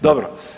Dobro.